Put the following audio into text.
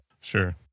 sure